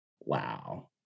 Wow